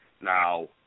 Now